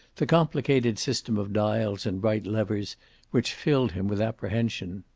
the complicated system of dials and bright levers which filled him with apprehension.